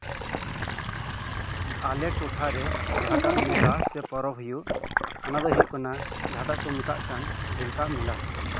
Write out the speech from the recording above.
ᱟᱞᱮ ᱴᱚᱴᱷᱟᱨᱮ ᱡᱟᱸᱦᱟᱴᱟᱜ ᱢᱮᱞᱟ ᱥᱮ ᱯᱚᱨᱚᱵᱽ ᱦᱩᱭᱩᱜ ᱚᱱᱟ ᱫᱚ ᱦᱩᱭᱩᱜ ᱠᱟᱱᱟ ᱡᱟᱸᱦᱟᱴᱟᱜ ᱠᱚ ᱢᱮᱛᱟᱜ ᱠᱟᱱ ᱰᱷᱮᱞᱠᱟᱜ ᱢᱮᱞᱟ